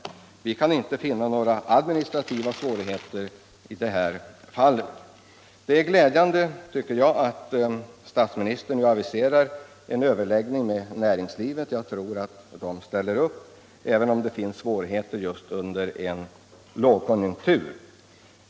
Vi kan inte finna några administrativa svårigheter i det här fallet. Jag tycker att det är glädjande att statsministern nu aviserar en överläggning med näringslivet. Jag tror att näringslivet ställer upp, även om det finns svårigheter under just en lågkonjunktur.